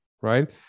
right